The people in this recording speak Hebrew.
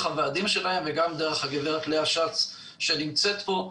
הוועדים שלהם וגם דרך הגברת לאה שץ שנמצאת פה,